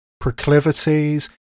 proclivities